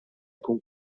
jkun